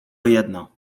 jedno